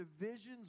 divisions